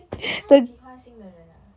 means 她喜欢新的人啊